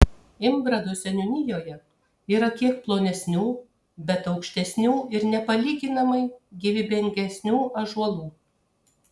imbrado seniūnijoje yra kiek plonesnių bet aukštesnių ir nepalyginamai gyvybingesnių ąžuolų